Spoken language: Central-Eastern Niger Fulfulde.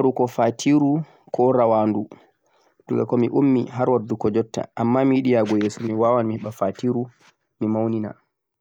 me meɗai marugo fatiru koh rawaɗu daga ko mi ummi har waddugo jutta amma yago yeso mi yiɗan mi mara fatiru mi maunina